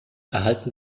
erhalten